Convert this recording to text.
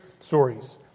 stories